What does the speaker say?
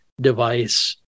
device